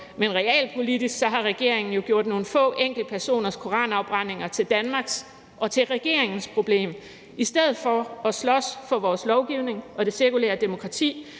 men realpolitisk har regeringen jo gjort nogle få enkeltpersoners koranafbrændinger til Danmarks og til regeringens problem. I stedet for at slås for vores lovgivning og det sekulære demokrati